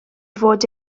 fod